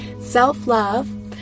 self-love